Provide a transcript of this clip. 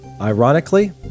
Ironically